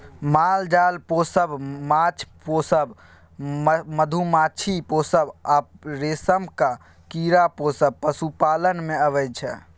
माल जाल पोसब, माछ पोसब, मधुमाछी पोसब आ रेशमक कीरा पोसब पशुपालन मे अबै छै